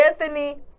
Anthony